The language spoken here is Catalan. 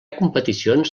competicions